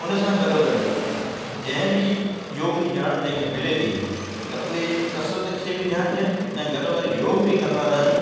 उन सां गॾो गॾु जंहिं बि योग जी ॼाण जंहिंखें मिले थी त उहे कसरत खे बि ध्यानु ॾियनि ऐं गॾु गॾु योग बि कंदा रहनि